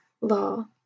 law